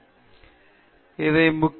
எனவே நாம் கவனத்தை செலுத்த வேண்டியது இதுதான்